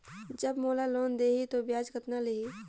जब मोला लोन देही तो ब्याज कतना लेही?